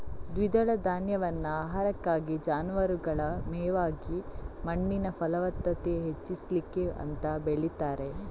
ದ್ವಿದಳ ಧಾನ್ಯವನ್ನ ಆಹಾರಕ್ಕಾಗಿ, ಜಾನುವಾರುಗಳ ಮೇವಾಗಿ ಮಣ್ಣಿನ ಫಲವತ್ತತೆ ಹೆಚ್ಚಿಸ್ಲಿಕ್ಕೆ ಅಂತ ಬೆಳೀತಾರೆ